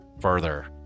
further